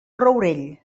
rourell